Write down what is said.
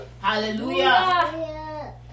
Hallelujah